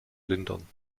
lindern